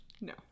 no